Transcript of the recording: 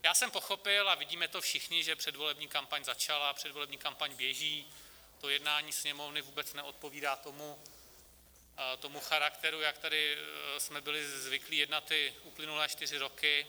Já jsem pochopil, a vidíme to všichni, že předvolební kampaň začala a předvolební kampaň běží, to jednání Sněmovny vůbec neodpovídá tomu charakteru, jak jsme tady byli zvyklí jednat ty uplynulé čtyři roky.